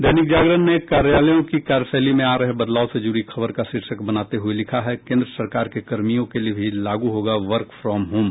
दैनिक जागरण ने कार्यालयों की कार्यशैली में आ रहे बदलाव से जुड़ी खबर का शीर्षक बनाते हुए लिखा है केन्द्र सरकार के कर्मियों के लिए भी लागू होगा वर्क फ़ाम होम